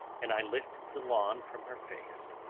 and i lifted the lawn from her face.